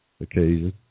occasion